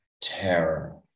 terror